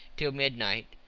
till midnight,